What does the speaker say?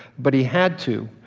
but he had to,